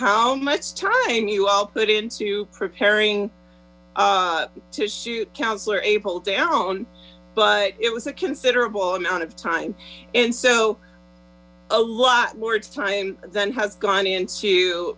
how much time you all put into preparing to shoot councilor april down but it was a considerable amount of time and so a lot more time than has gone in to